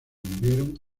murieron